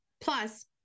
Plus